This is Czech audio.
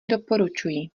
doporučuji